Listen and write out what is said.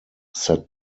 set